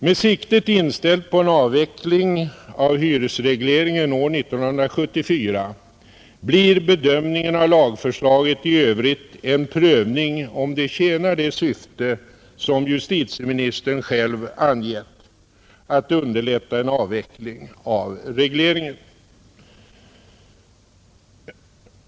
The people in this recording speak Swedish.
Med siktet inställt på en avveckling av hyresregleringen år 1974 blir bedömningen av lagförslaget i övrigt en prövning om det tjänar det syfte som justitieministern själv angett — att underlätta en avveckling av regleringen.